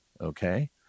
Okay